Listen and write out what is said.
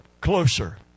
closer